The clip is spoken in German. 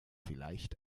vielleicht